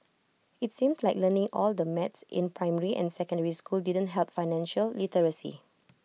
it's seems like learning all the math in primary and secondary school didn't help financial literacy